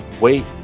wait